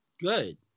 good